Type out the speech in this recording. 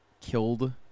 killed